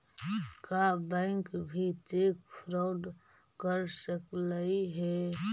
का बैंक भी cheque fraud कर सकलई हे?